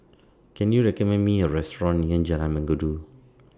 Can YOU recommend Me A Restaurant near Jalan Mengkudu